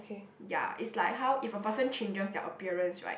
ya it's like how if a person changes their appearance right